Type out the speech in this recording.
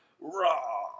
raw